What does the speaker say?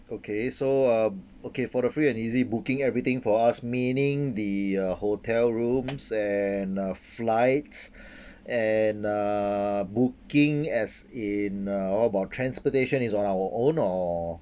okay so uh okay for the free and easy booking everything for us meaning the uh hotel rooms and uh flights and uh booking as in uh what about transportation is on our own or